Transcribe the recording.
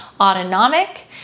autonomic